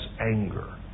anger